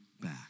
back